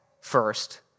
first